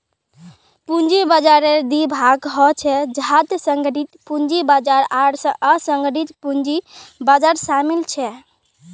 पूंजी बाजाररेर दी भाग ह छेक जहात संगठित पूंजी बाजार आर असंगठित पूंजी बाजार शामिल छेक